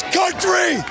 country